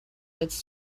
its